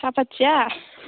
साफाथिया